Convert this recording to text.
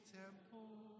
temple